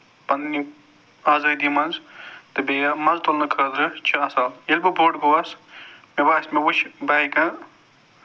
پَنٕنہِ آزٲدی منٛز تہٕ بیٚیہِ مَزٕ تُلنہٕ خٲطرٕ چھُ اَصٕل ییٚلہِ بہٕ بوٚڈ گوٚس ما باسہِ مےٚ وُچھِ بایکہٕ